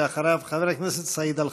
ואחריו חבר הכנסת סעיד אלחרומי.